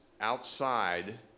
outside